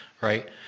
right